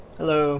hello